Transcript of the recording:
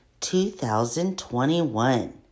2021